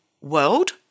world